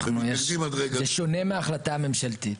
זה שונה מההחלטה הממשלתית.